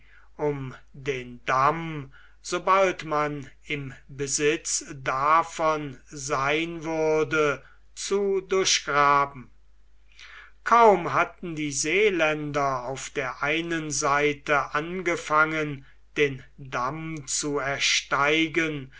um den damm sobald man im besitz davon sein würde zu durchgraben strada kaum hatten die seeländer auf der einen seite angefangen den damm zu ersteigen